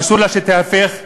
ואסור לה שתיהפך לדיקטטורה.